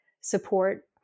support